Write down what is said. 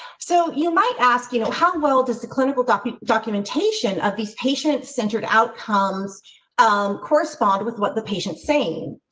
so, you might ask, you know, how well does the clinical documentation of these patient centered outcomes correspond with what the patient's saying.